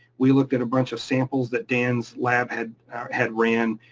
we looked at a bunch of samples that dan's lab had had ran,